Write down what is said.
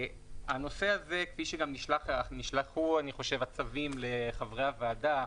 הנושא הזה, כפי שגם נשלחו הצווים לחברי הוועדה,